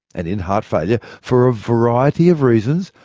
and in heart failure, for a variety of reasons,